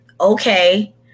okay